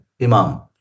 Imam